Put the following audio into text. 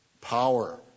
power